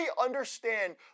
understand